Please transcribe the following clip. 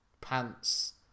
pants